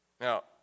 Now